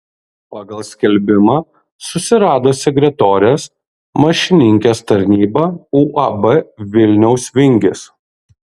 pagal skelbimą susirado sekretorės mašininkės tarnybą uab vilniaus vingis